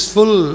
Full